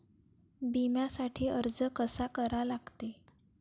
बिम्यासाठी अर्ज कसा करा लागते?